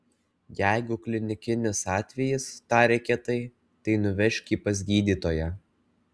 jeigu klinikinis atvejis tarė kietai tai nuvežk jį pas gydytoją